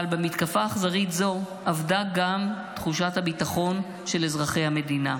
אבל במתקפה אכזרית זו אבדה גם תחושת הביטחון של אזרחי המדינה.